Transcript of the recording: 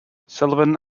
sullivan